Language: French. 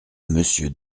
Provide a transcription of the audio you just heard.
monsieur